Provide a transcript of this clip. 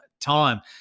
time